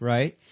Right